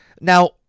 now